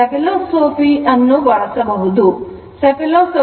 Saphilosophy ಅನ್ನು ಬಳಸಬಹುದು